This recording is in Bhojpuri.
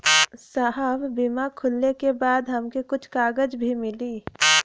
साहब बीमा खुलले के बाद हमके कुछ कागज भी मिली?